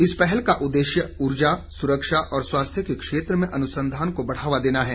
इस पहल का उद्देश्य ऊर्जा सुरक्षा और स्वास्थ्य के क्षेत्र में अनुसंधान को बढ़ावा देना है